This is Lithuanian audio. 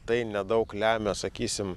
tai nedaug lemia sakysim